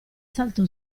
saltò